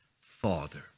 Father